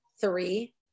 three